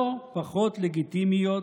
לא פחות לגיטימיות,